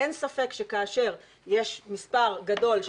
אין ספק שכאשר יש מספר גדול,